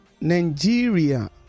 Nigeria